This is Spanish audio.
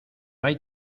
hay